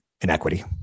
inequity